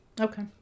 Okay